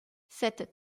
cette